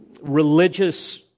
religious